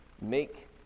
make